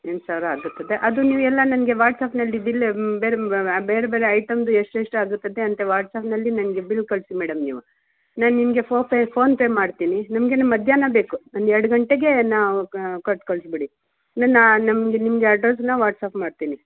ಎಂಟು ಸಾವಿರ ಆಗುತ್ತದ ಅದು ನೀವು ಎಲ್ಲ ನನ್ಗೆ ವಾಟ್ಸಪ್ನಲ್ಲಿ ಬಿಲ್ ಬೇರೆ ಬೇರೆ ಐಟಮ್ದು ಎಷ್ಟು ಎಷ್ಟು ಆಗುತ್ತದೆ ಅಂತ ವಾಟ್ಸ್ಆ್ಯಪ್ನಲ್ಲಿ ನನ್ಗೆ ಬಿಲ್ ಕಳಿಸಿ ಮೇಡಮ್ ನೀವು ನಾ ನಿಮಗೆ ಪೋಪೇ ಫೋನ್ಪೇ ಮಾಡ್ತೀನಿ ನಮಗೆನೆ ಮಧ್ಯಾಹ್ನ ಬೇಕು ಒಂದು ಎರಡು ಗಂಟೆಗೇ ನಾವ್ ಕೊಟ್ಟು ಕಳಿಸ್ಬಿಡಿ ನಮ್ಗೆ ನಿಮಗೆ ಅಡ್ರೆಸ್ಸನ್ನು ವಾಟ್ಸ್ಆ್ಯಪ್ ಮಾಡ್ತೀನಿ